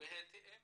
בהתאם